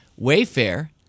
Wayfair